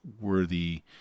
worthy